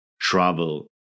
travel